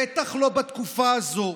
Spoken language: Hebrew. בטח לא בתקופה הזו.